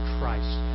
Christ